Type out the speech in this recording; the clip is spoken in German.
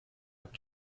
habt